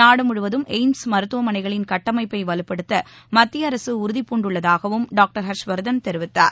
நாடு முழுவதும் எய்ம்ஸ் மருத்துவமனைகளின் கட்டமைப்பை வலுப்படுத்த மத்திய அரசு உறுதிபூண்டுள்ளதாகவும் டாக்டர் ஹர்ஷ்வர்தன் தெரிவித்தார்